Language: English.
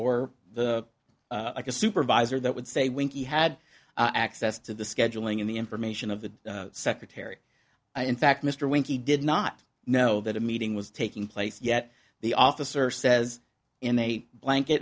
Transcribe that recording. or the like a supervisor that would say when he had access to the scheduling in the information of the secretary in fact mr winky did not know that a meeting was taking place yet the officer says in a blanket